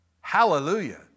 Hallelujah